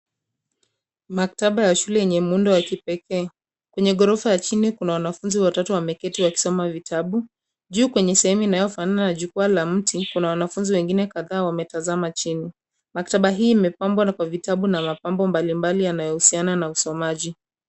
Maktaba ya shule yenye muundo wa kipekee. Kwenye ghorofa ya chini kuna wanafunzi watatu wameketi wakisoma vitabu. Juu kwenye sehemu inayofanana na jukwaa la mti, kuna wanafunzi wengine kadhaa wametazama chini. Maktaba hii imepambwa kwa vitabu na mapambo mbalimbali yanayohusiana na usomaji.